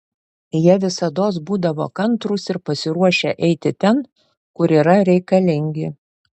jie visados būdavo kantrūs ir pasiruošę eiti ten kur yra reikalingi